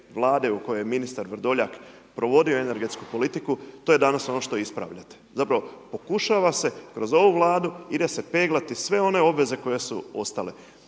u kojoj je ministar Vrdoljak provodio energetsku politiku to je danas ono što ispravljate. Zapravo pokušava se kroz ovu Vladu ide se peglati sve one obveze koje su ostale.